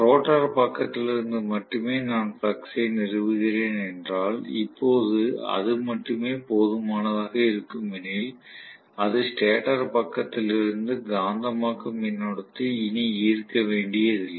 rotor பக்கத்திலிருந்து மட்டுமே நான் ஃப்ளக்ஸ் ஐ நிறுவுகிறேன் என்றால் இப்போது அது மட்டுமே போதுமானதாக இருக்கும் எனில் அது ஸ்டேட்டர் பக்கத்திலிருந்து காந்தமாக்கும் மின்னோட்டத்தை இனி ஈர்க்க வேண்டியதில்லை